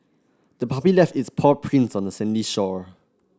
the puppy left its paw prints on the sandy shore